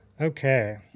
Okay